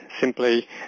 simply